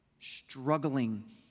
struggling